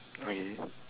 okay